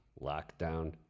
lockdown